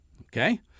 Okay